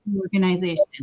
Organization